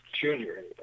junior